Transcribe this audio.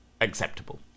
acceptable